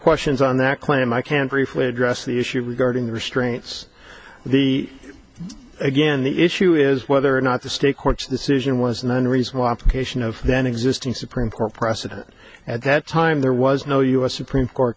questions on that claim i can briefly address the issue regarding the restraints the again the issue is whether or not the state courts decision was one reason wop cation of then existing supreme court precedent at that time there was no u s supreme court